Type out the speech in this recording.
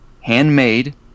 handmade